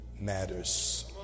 Matters